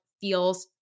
feels